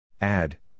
Add